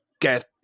get